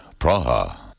Praha